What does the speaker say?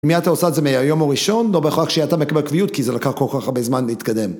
מי אתה עושה את זה מהיום הראשון, לא בהכרח שאתה מקבל קביעות כי זה לקח כל כך הרבה זמן להתקדם